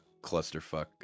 clusterfuck